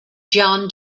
john